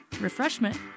refreshment